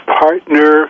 partner